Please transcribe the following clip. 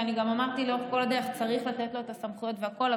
גם אמרתי לכל אורך הדרך שצריך לתת לו סמכויות והכול,